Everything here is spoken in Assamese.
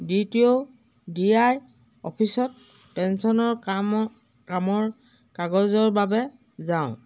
D T O D I অফিচত পেঞ্চনৰ কামৰ কামৰ কাগজৰ বাবে যাওঁ